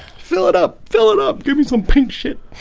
fill it up fill it up. give me some pink shit